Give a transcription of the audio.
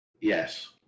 Yes